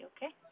Okay